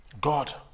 god